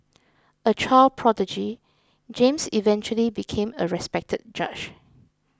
a child prodigy James eventually became a respected judge